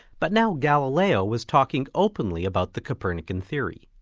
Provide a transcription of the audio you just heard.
but now galileo was talking openly about the copernican theory.